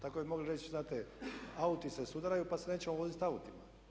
Tako bi mogli reći, znate, auti se sudaraju pa se nećemo voziti autima.